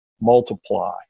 multiply